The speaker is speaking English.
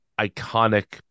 iconic